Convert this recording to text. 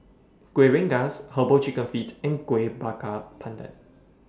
Kuih Rengas Herbal Chicken Feet and Kuih Bakar Pandan